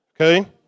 okay